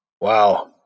Wow